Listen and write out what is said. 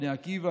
בני עקיבא,